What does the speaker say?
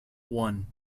one